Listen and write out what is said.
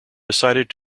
decided